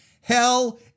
Hell